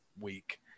week